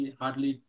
hardly